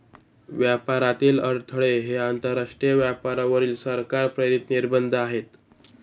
व्यापारातील अडथळे हे आंतरराष्ट्रीय व्यापारावरील सरकार प्रेरित निर्बंध आहेत